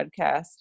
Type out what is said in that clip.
podcast